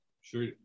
sure